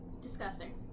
Disgusting